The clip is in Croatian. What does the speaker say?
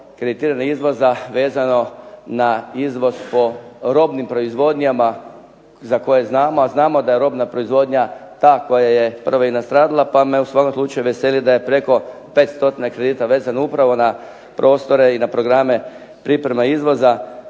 kreditiranje izvoza vezano na izvoz po robnim proizvodnjama za koje znamo, a znamo da je robna proizvodnja ta koja je prva i nastradala pa me u svakom slučaju veseli da je preko 5 stotina kredita vezano upravo na prostore i na programe pripreme izvoza,